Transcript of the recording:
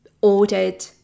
ordered